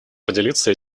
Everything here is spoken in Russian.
поделиться